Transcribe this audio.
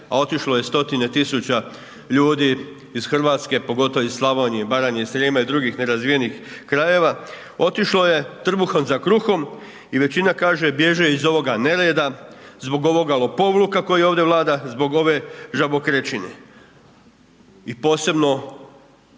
a otišlo je stotine tisuća ljudi iz Hrvatske, pogotovo iz Slavonije, Baranje i Srijema i drugih nerazvijenih krajeva. Otišlo je trbuhom za kruhom i većina kaže bježe iz ovoga nereda, zbog ovoga lopovluka koji ovdje vlada, zbog ove žabokrečine. I posebno